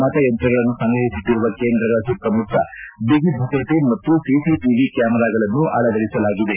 ಮತಯಂತ್ರಗಳನ್ನು ಸಂಗ್ರಹಿಸಿಟ್ಟರುವ ಕೇಂದ್ರಗಳ ಸುತ್ತಮುತ್ತ ಬಗಿಭದ್ರತೆ ಮತ್ತು ಸಿಸಿಟವಿ ಕಾಮೆರಾಗಳನ್ನು ಅಳವಡಿಸಲಾಗಿದೆ